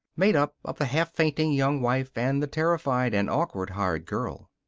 made up of the half-fainting young wife and the terrified and awkward hired girl.